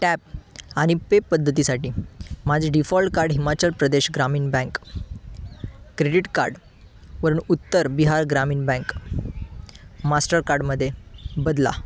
tap आणि pay पद्धतीसाठी माझे default card Himachal Pradesh Gramin bank credit कार्डवरून उत्तर बिहार ग्रामीण बँक मास्टरकार्डमध्ये बदला